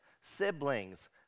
siblings